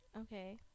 Okay